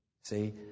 See